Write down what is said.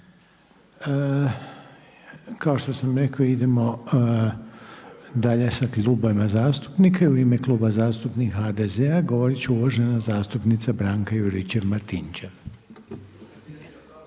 Kao što sam rekao idemo dalje sa klubovima zastupnika, u ime Kluba zastupnika HDZ-a govorit će uvažena zastupnika Branka Juričev-Martinčev.